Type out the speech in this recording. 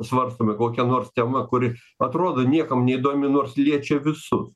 svarstome kokia nors tema kuri atrodo niekam neįdomi nors liečia visus